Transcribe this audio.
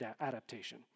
adaptation